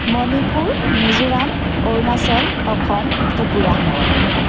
Manipur Mizoram Arunachal Assam Tripura